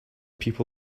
people